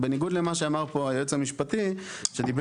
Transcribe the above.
בניגוד למה שאמר פה היועץ המשפטי שדיבר